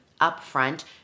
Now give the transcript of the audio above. upfront